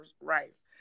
Rice